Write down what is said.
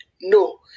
No